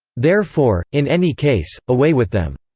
therefore, in any case, away with them!